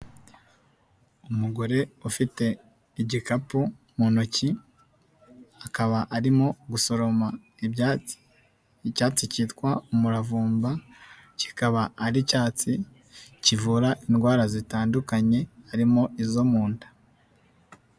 Umugore ufite igikapu mu ntoki, akaba arimo gusoroma ibyatsi, icyatsi cyitwa umuravumba, kikaba ari icyatsi kivura indwara zitandukanye, harimo izo mu nda.